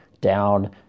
down